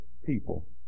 people